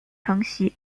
承袭